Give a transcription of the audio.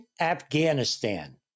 Afghanistan